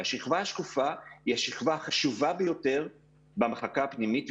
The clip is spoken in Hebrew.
והשכבה השקופה היא השכבה החשובה ביותר במחלקה הפנימית,